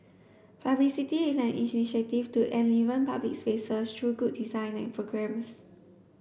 publicity is an initiative to enliven public spaces through good design and programmes